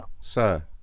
sir